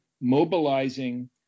mobilizing